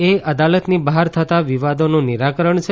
એ અદાલતની બહાર થતાં વિવાદોનું નિરાકરણ છે